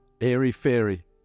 airy-fairy